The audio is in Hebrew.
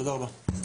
תודה רבה.